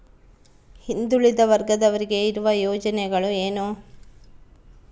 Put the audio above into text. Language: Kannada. ಹಿಂದುಳಿದ ವರ್ಗದವರಿಗೆ ಇರುವ ಯೋಜನೆಗಳು ಏನು?